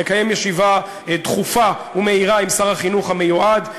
לקיים ישיבה דחופה ומהירה עם שר החינוך המיועד,